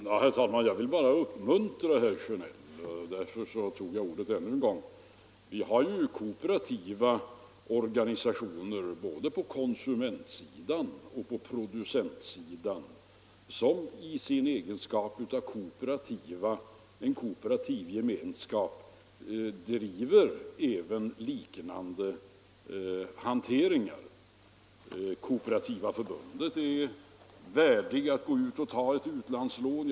Herr talman! Jag ville bara uppmuntra herr Sjönell; det är också därför som jag tar ordet ännu en gång. Vi har på såväl konsumentsom producentsidan kooperativa organisationer som i sin egenskap av kooperativ gemenskap driver liknande hanteringar. Kooperativa förbundet är t.ex. fullt värdigt att gå ut och ta ett utlandslån.